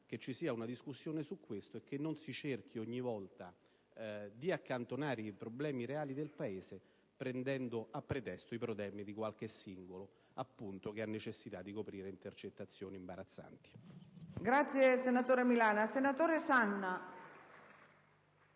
che vi sia una discussione su questo e che non si cerchi ogni volta di accantonare i problemi reali del Paese, prendendo a pretesto i problemi di qualche singolo che ha necessità di coprire intercettazioni imbarazzanti.